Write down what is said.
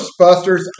Ghostbusters